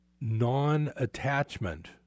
non-attachment